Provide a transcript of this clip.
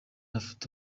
bafite